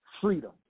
freedom